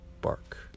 bark